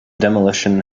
demolition